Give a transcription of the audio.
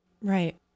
Right